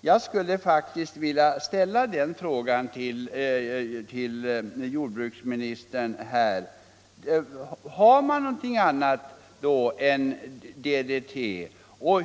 Jag skulle faktiskt vilja fråga jordbruksministern: Har man då någonting annat att ta till än DDT?